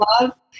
love